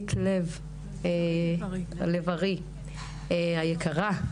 רונית לב-ארי היקרה,